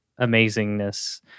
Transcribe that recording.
amazingness